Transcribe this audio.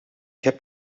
heb